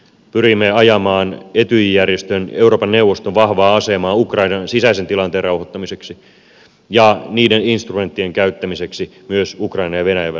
pyrimme ajamaan etyj järjestön euroopan neuvoston vahvaa asemaa ukrainan sisäisen tilanteen rauhoittamiseksi ja niiden instrumenttien käyttämiseksi myös ukrainan ja venäjän välisessä kriisissä